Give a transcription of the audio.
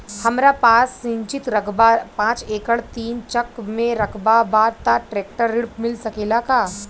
हमरा पास सिंचित रकबा पांच एकड़ तीन चक में रकबा बा त ट्रेक्टर ऋण मिल सकेला का?